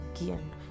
again